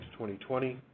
2020